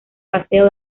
paseo